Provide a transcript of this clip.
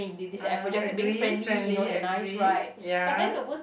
I agree frankly agree ya